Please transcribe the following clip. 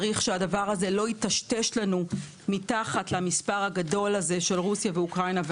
צריך שהדבר הזה לא יטשטש לנו מתחת למספר הגדול הזה של רוסיה ואוקראינה.